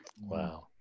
Wow